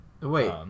wait